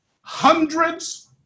hundreds